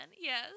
yes